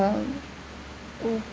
oh